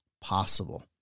possible